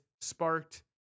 sparked